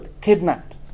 kidnapped